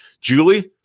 Julie